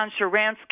Sharansky